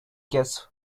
gets